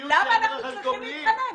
למה אנחנו צריכים להתחנן?